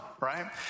right